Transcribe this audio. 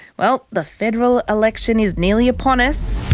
well, the federal election is nearly upon us.